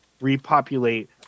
repopulate